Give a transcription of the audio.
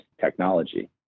technology